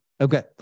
Okay